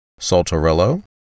Saltarello